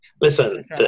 Listen